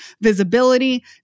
visibility